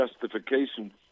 justification